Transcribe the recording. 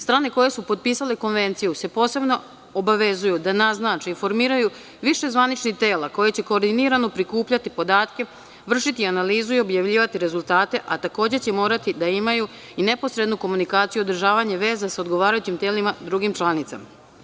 Strane koje su potpisale Konvenciju se posebno obavezuju da naznače i formiraju više zvaničnih tela koja će koordinirano prikupljati podatke, vršiti analizu i objavljivati rezultate, a takođe će morati da imaju i neposrednu komunikaciju sa odgovarajućim telima i drugim članicama.